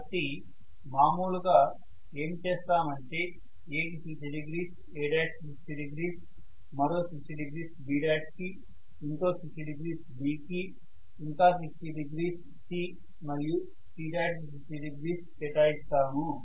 కాబట్టి మాములుగా ఏమి చేస్తాము అంటే A కి 60 డిగ్రీస్ A' కి 60 డిగ్రీస్ మరో 60 డిగ్రీస్ B' కి ఇంకో 60 డిగ్రీస్ B కి ఇంకా 60 డిగ్రీస్ C మరియు C' కి 60 డిగ్రీస్ కేటాయిస్తాము